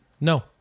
No